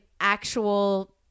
actual